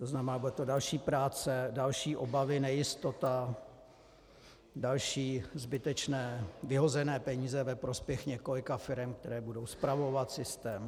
To znamená, bude to další práce, další obavy, nejistota, další zbytečné vyhozené peníze ve prospěch několika firem, které budou spravovat systém.